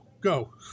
Go